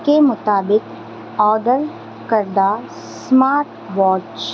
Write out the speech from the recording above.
کے مطابق آرڈر کردہ سمارٹ واچ